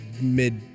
mid